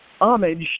homage